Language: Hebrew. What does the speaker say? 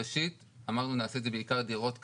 ראשית, אמרנו שנעשה את זה בעיקר דירות קטנות,